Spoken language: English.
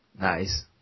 Nice